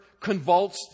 convulsed